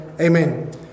Amen